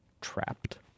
Trapped